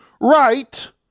right